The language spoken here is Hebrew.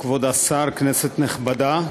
כבוד השר, כנסת נכבדה,